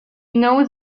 knows